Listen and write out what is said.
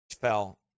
fell